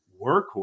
workhorse